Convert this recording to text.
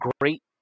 great